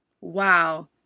Wow